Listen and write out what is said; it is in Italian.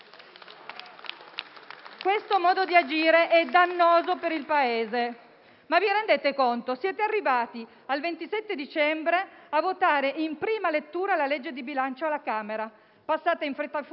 Questo modo di agire è dannoso per il Paese. Vi rendete conto? Siete arrivati al 27 dicembre a votare in prima lettura la legge di bilancio alla Camera, passata in fretta e furia al Senato.